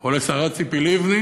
או לשרה ציפי לבני